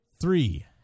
Three